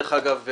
דרך אגב,